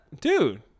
Dude